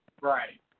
Right